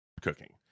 cooking